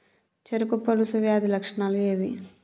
చెరుకు పొలుసు వ్యాధి లక్షణాలు ఏవి?